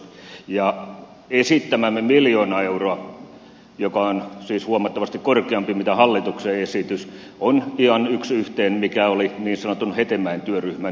esittämämme miljoona euroa joka on siis huomattavasti korkeampi kuin hallituksen esitys on ihan yksi yhteen sen kanssa mikä oli niin sanottu hetemäen työryhmän esitys